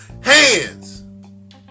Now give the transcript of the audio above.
hands